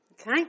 Okay